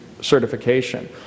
certification